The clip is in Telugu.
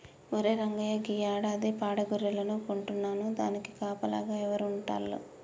ఒరే రంగయ్య గీ యాడాది పాడి గొర్రెలను కొంటున్నాను దానికి కాపలాగా ఎవరు ఉంటాల్లు